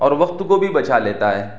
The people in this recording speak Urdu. اور وقت کو بھی بچا لیتا ہے